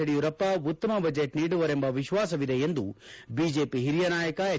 ಯಡಿಯೂರಪ್ಪ ಉತ್ತಮ ಬಜೆಟ್ ನೀಡುವರೆಂಬ ವಿಶ್ವಾಸವಿದೆ ಎಂದು ಬಿಜೆಪಿ ಹಿರಿಯ ನಾಯಕ ಹೆಚ್